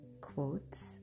quotes